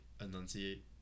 enunciate